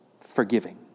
forgiving